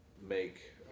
make